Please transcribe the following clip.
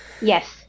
Yes